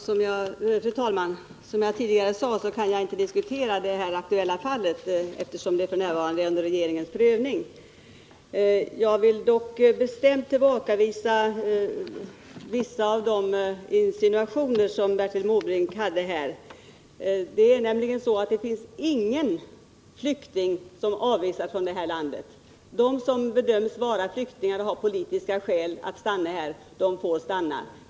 Fru talman! Som jag tidigare sade kan jag inte diskutera det aktuella fallet, eftersom det f. n. prövas av regeringen. Jag vill dock bestämt tillbakavisa vissa av Bertil Måbrinks insinuationer. Ingen som bedöms vara flykting av politiska skäl avvisas, utan sådana flyktingar får stanna.